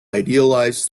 idealized